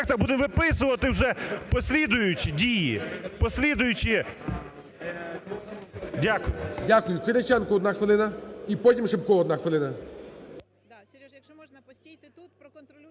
будемо виписувати вже послідуючі дії, послідуючі… ГОЛОВУЮЧИЙ. Дякую. Кириченко, одна хвилина. І потім Шипко, одна хвилина.